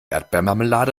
erdbeermarmelade